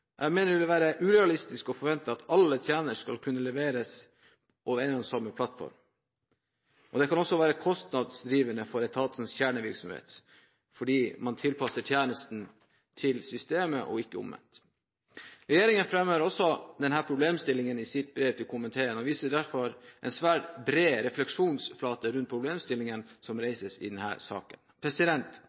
Jeg mener det vil være urealistisk å forvente at alle tjenester skal kunne leveres på en og samme plattform. Dette kan også være kostnadsdrivende for etatens kjernevirksomhet, fordi man tilpasser tjenesten til systemet og ikke omvendt. Regjeringen framhever også denne problemstillingen i sitt brev til komiteen og viser derfor en svært bred refleksjonsflate rundt problemstillingene som reises i denne saken.